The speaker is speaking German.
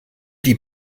die